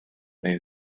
neu